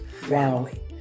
family